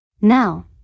Now